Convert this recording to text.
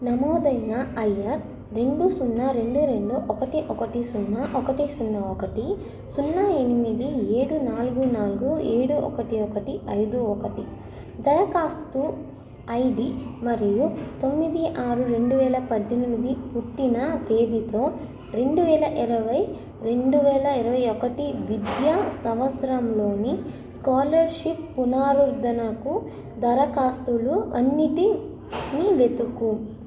నమోదైన ఐఆర్ రెండు సున్నా రెండు రెండు ఒకటి ఒకటి సున్నా ఒకటి సున్నా ఒకటి సున్నా ఎనిమిది ఏడు నాలుగు నాలుగు ఏడు ఒకటి ఒకటి ఐదు ఒకటి దరఖాస్తు ఐడీ మరియు తొమ్మిది ఆరు రెండు వేల పద్దెనిమిది పుట్టిన తేదీతో రెండు వేల ఇరవై రెండు వేల ఇరవై ఒకటి విద్యా సంవత్సరంలోని స్కాలర్షిప్ పునరుద్ధరణకు దరఖాస్తులు అన్నిటినీ వెతుకుము